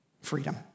freedom